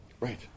Right